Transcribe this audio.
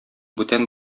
бүтән